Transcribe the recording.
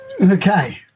Okay